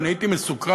ואני הייתי מסוקרן,